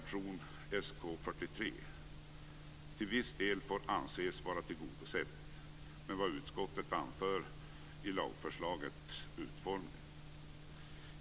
till viss del får anses vara tillgodosett med vad utskottet anför om lagförslagets utformning.